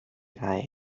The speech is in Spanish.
cae